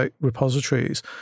repositories